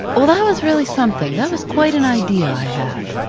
well, that was really something, that was quite an idea i had?